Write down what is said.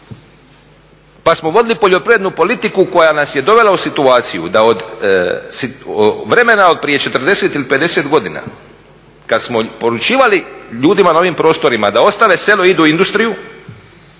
Pa smo vodili poljoprivrednu politiku koja nas je dovela u situaciju da od vremena od prije 40 ili 50 godina kad smo poručivali ljudima na ovim prostorima da ostave selo i idu u industriju,